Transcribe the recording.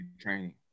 training